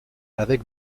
avec